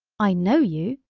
i know you!